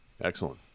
excellent